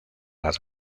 las